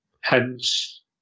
hence